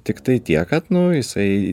tiktai tiek kad nu jisai